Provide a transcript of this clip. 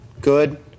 good